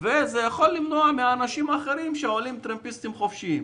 וזה יכול למנוע מאנשים אחרים שעולים טרמפיסטים חופשי.